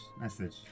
message